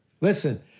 Listen